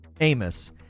Amos